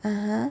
(uh huh)